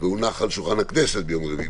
והונח על שולחן הכנסת ביום רביעי.